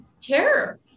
terror